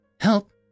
Help